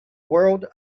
world